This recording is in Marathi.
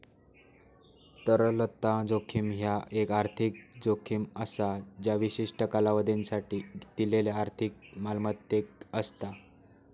तरलता जोखीम ह्या एक आर्थिक जोखीम असा ज्या विशिष्ट कालावधीसाठी दिलेल्यो आर्थिक मालमत्तेक असता